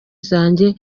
zanjye